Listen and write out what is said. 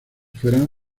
fueran